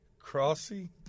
crossy